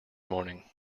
morning